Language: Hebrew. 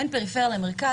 בין פריפריה למרכז,